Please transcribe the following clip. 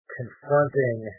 confronting